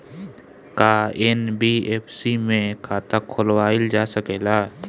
का एन.बी.एफ.सी में खाता खोलवाईल जा सकेला?